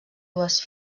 dues